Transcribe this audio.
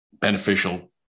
beneficial